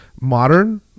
modern